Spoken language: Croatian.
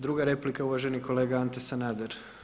Druga replika, uvaženi kolega Ante Sanader.